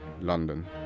London